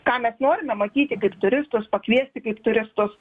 ką mes norime matyti kaip turistus pakviesti kaip turistus